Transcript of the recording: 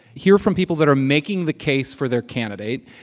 hear from people that are making the case for their candidate.